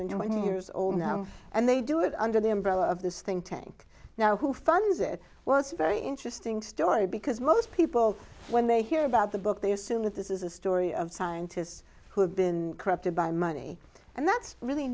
than one years old and they do it under the umbrella of this thing tank now who funds it was very interesting story because most people when they hear about the book they assume that this is a story of scientists who have been corrupted by money and that's really